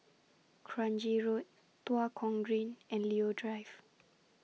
Kranji Road Tua Kong Green and Leo Drive